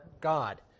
God